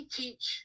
teach